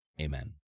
amen